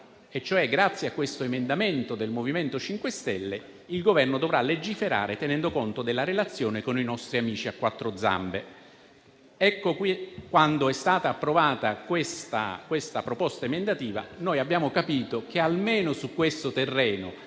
Grazie a questo emendamento del MoVimento 5 Stelle il Governo dovrà quindi legiferare tenendo conto della relazione con i nostri amici a quattro zampe. Quando è stata approvata questa proposta emendativa, abbiamo capito che almeno su questo terreno,